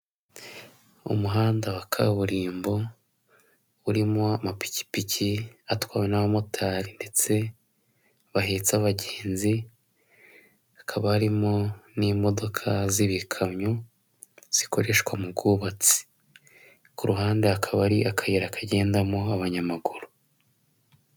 Umuhanda wa kaburimbo urimo amapikipiki atwawe n'abamotari ndetse bahetse abagenzi, hakaba harimo n'imodoka z'ibikamyo zikoreshwa mu bwubatsi. Ku ruhande akaba ari akayira kagendamo abanyamaguru.